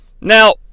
Now